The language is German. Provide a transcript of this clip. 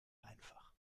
einfach